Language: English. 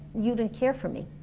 you didn't care for me